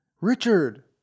Richard